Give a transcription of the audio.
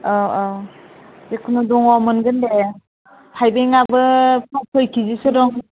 औ औ जिखुनु दङ' मोनगोन दे थाइबेंआबो सय केजिसो दं